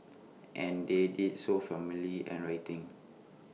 and they did so formally and writing